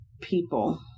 people